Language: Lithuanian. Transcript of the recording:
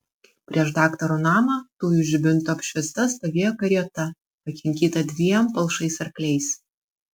prieš daktaro namą dujų žibinto apšviesta stovėjo karieta pakinkyta dviem palšais arkliais